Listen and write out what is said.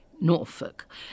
Norfolk